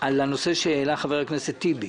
על הנושא שהעלה חבר הכנסת טיבי